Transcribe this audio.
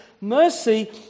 mercy